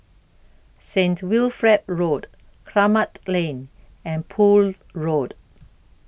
Saint Wilfred Road Kramat Lane and Poole Road